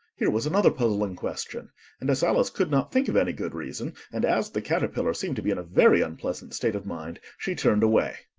here was another puzzling question and as alice could not think of any good reason, and as the caterpillar seemed to be in a very unpleasant state of mind, she turned away.